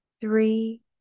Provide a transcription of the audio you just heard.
three